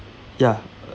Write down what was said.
ya